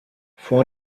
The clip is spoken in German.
vor